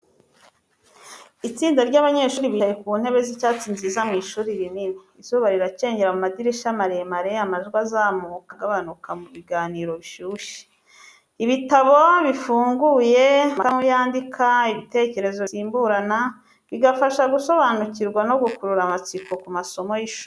Itsinda ry’abanyeshuri bicaye ku ntebe z’icyatsi nziza mu ishuri rinini. Izuba riracengera mu madirishya maremare, amajwi azamuka agabanuka mu biganiro bishyushye. Ibitabo bifunguye, amakaramu yandika, ibitekerezo bisimburana, bigafasha gusobanukirwa no gukurura amatsiko ku masomo y’ishuri.